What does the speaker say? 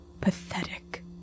pathetic